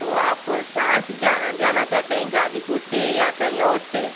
तो आप कहाँ से जा जाना चाहते हैं ग़ाज़ीपुर से या कहीं और से